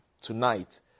tonight